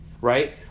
right